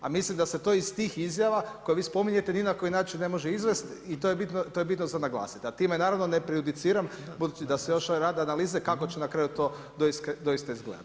A mislim da se to iz tih izjava koje vi spominjete ni na koji način ne može izvesti i to je bitno za naglasiti a time naravno ne prejudiciram budući da se još rade analize kako će na kraju to doista izgledati.